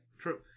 True